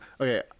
okay